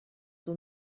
will